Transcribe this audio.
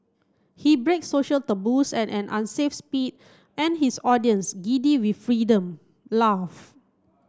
he breaks social taboos at an unsafe speed and his audience giddy with freedom laugh